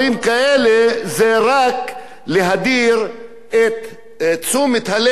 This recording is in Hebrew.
זה רק להדיר את תשומת הלב מהעיקר.